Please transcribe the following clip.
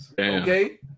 Okay